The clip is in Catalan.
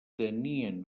tenien